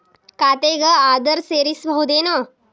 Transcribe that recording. ಖಾತೆಗೆ ಆಧಾರ್ ಸೇರಿಸಬಹುದೇನೂ?